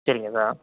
சரிங்க சார்